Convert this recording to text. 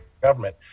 government